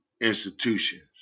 institutions